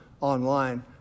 online